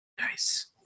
Nice